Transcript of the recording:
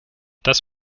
das